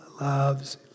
loves